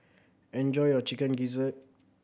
enjoy your Chicken Gizzard